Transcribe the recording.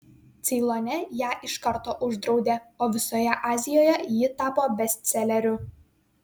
ceilone ją iš karto uždraudė o visoje azijoje ji tapo bestseleriu